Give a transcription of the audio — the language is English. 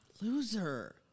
Loser